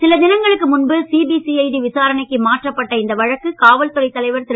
சில தினங்களுக்கு முன்பு சிபிசிஐடி விசாரணைக்கு மாற்றப்பட்ட இந்த வழக்கு காவல்துறை தலைவர் திரு